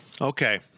Okay